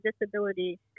disability